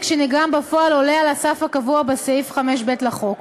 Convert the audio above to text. שנגרם בפועל עולה על הסף הקבוע בסעיף 5(ב) לחוק.